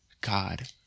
god